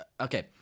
okay